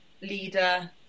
leader